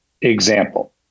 Example